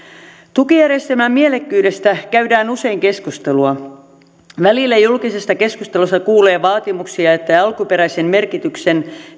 tukijärjestelmän mielekkyydestä käydään usein keskustelua välillä julkisessa keskustelussa kuulee vaatimuksia että alkuperäisen merkityksen